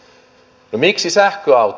no miksi sähköauto